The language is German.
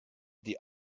die